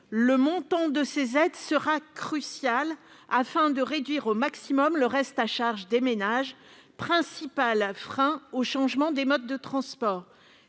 Le montant de ces aides est un enjeu crucial : il s'agit de réduire au maximum le reste à charge des ménages, principal frein au changement de modes de transport.